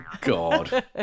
God